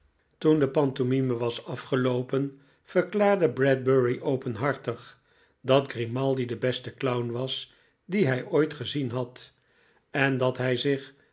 toen de pantomime was afgeloopen verklaarde bradbury openhartig dat grimaldi de beste clown was dien hij ooit gezien had en dat hij zich